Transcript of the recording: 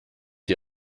die